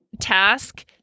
task